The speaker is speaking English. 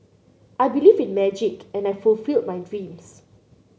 I believed in magic and I fulfilled my dreams